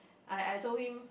I I told him